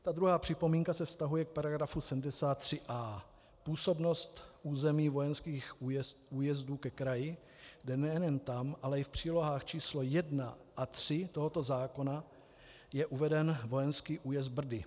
Ta druhá připomínka se vztahuje k § 73a Působnost území vojenských újezdů ke kraji, kde nejenom tam, ale i v přílohách č. 1 a 3 tohoto zákona je uveden vojenský újezd Brdy.